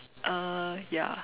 uh ya